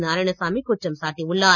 நாராயணசாமி குற்றம் சாட்டியுள்ளார்